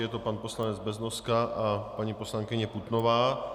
Je to pan poslanec Beznoska a paní poslankyně Putnová.